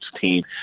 team